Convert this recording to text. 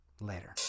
Later